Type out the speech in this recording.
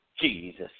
Jesus